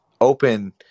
open